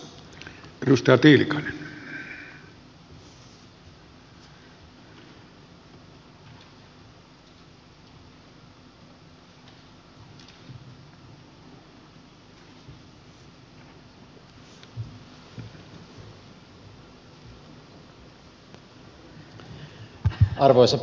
arvoisa puhemies